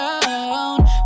down